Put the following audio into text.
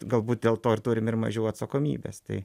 galbūt dėl to ir turim ir mažiau atsakomybės tai